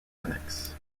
annexes